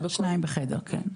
כן.